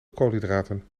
koolhydraten